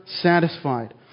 satisfied